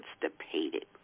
constipated